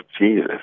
Jesus